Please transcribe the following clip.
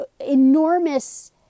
enormous